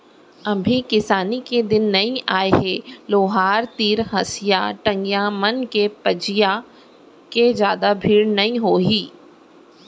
अभी किसानी के दिन नइ आय हे लोहार तीर हँसिया, टंगिया मन के पजइया के जादा भीड़ नइ होही